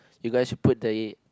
you guys should put the